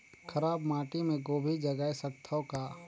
खराब माटी मे गोभी जगाय सकथव का?